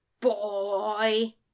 Boy